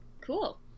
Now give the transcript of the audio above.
Cool